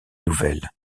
nouvelles